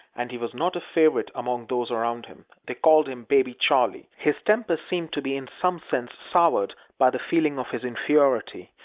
and he was not a favorite among those around him. they called him baby charley. his temper seemed to be in some sense soured by the feeling of his inferiority,